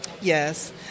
yes